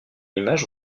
image